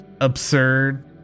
absurd